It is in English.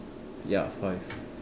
ya five